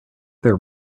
their